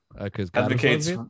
Advocates